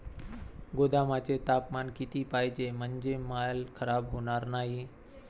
गोदामाचे तापमान किती पाहिजे? म्हणजे माल खराब होणार नाही?